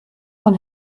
von